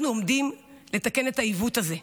אנחנו עומדים לתקן את העיוות הזה.